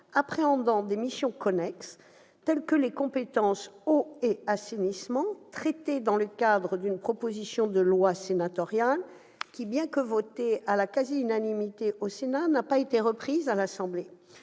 appréhendant des missions connexes telles que les compétences « eau et assainissement », traitées dans le cadre d'une proposition de loi sénatoriale qui, bien que votée à la quasi-unanimité de notre assemblée, n'a pas été reprise à l'Assemblée